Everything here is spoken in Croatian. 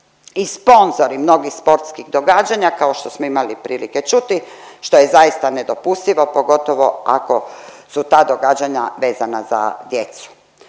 i sponzori mnogih sportskih događanja, kao što smo imali prilike čuti, što je zaista nedopustivo, pogotovo ako su ta događanja vezana za djecu.